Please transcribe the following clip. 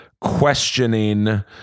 questioning